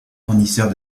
fournisseur